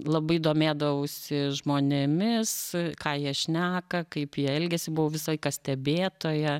labai domėdavausi žmonėmis ką jie šneka kaip jie elgiasi buvau visą laiką stebėtoja